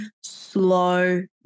slow